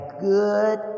good